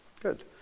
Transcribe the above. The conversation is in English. good